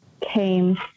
came